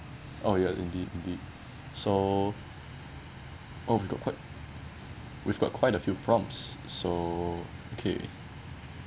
oh ya indeed indeed so oh we've got quite we've got quite a few prompts so okay